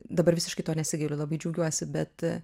dabar visiškai to nesigailiu labai džiaugiuosi bet